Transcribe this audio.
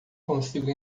consigo